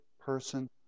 person